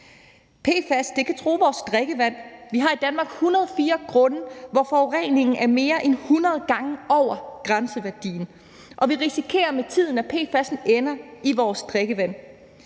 PFAS kan true vores drikkevand. I Danmark har vi 104 grunde, hvor forureningen er mere end 100 gange over grænseværdien, og vi risikerer med tiden, at PFAS'en ender i vores drikkevand.